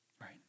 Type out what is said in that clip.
Right